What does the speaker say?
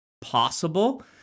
possible